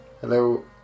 Hello